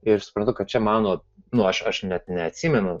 ir suprantu kad čia mano nu aš aš net neatsimenu